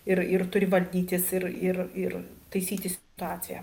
ir ir turi valdytis ir ir ir taisyti situaciją